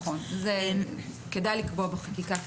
כדאי לקבוע בחקיקה,